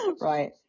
right